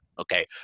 Okay